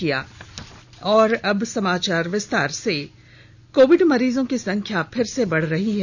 शुरूआत कोविड मरीजों की संख्या फिर से बढ़ रही है